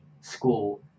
school